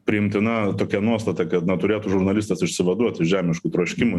priimtina tokia nuostata kad na turėtų žurnalistas išsivaduot iš žemiškų troškimų